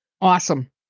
Awesome